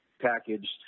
packaged